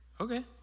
okay